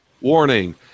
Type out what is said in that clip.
Warning